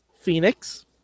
Phoenix